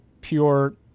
pure